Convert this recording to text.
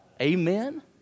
Amen